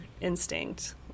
instinct